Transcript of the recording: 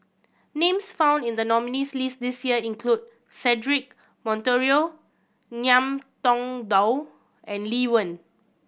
names found in the nominees' list this year include Cedric Monteiro Ngiam Tong Dow and Lee Wen